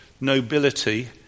nobility